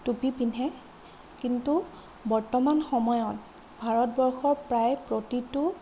টুপি পিন্ধে কিন্তু বৰ্তমান সময়ত ভাৰতবৰ্ষৰ প্ৰায় প্ৰতিটো